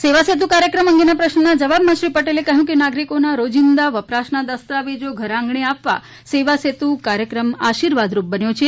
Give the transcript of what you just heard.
સેવા સેતુ કાર્યક્રમ અંગેના પ્રશ્નના જવાબમાં શ્રી પટેલે જણાવ્યુ કે નાગરીકોના રોજીંદા વપરાશના દસ્તાવેજો ઘરઆંગણે આપવા સેવાસેતુ કાર્યક્રમ આર્શીવાદરૂપબન્યો છે